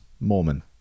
Mormon